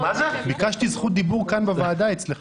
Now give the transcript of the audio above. --- ביקשתי זכות דיבור כאן בוועדה אצלך.